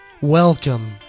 Welcome